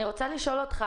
אני רוצה לשאול אותך,